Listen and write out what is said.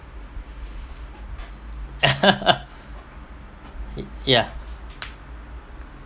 ye~ yeah